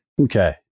Okay